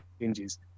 changes